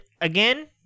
again